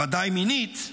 ודאי מינית,